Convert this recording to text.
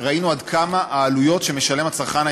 מה עלי לעשות?